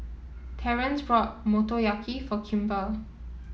Terrence bought Motoyaki for Kimber